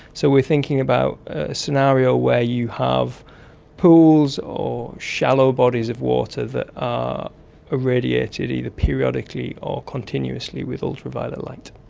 so we are thinking about a scenario where you have pools or shallow bodies of water that are irradiated either periodically or continuously with ultraviolet light.